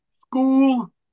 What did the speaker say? school